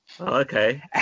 Okay